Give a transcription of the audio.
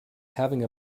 having